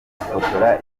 gufotora